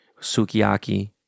sukiyaki